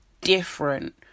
different